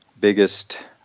biggest